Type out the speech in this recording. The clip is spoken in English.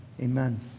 amen